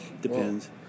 Depends